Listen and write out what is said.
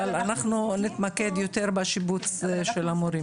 אבל אנחנו נתמקד יותר בשיבוץ של המורים.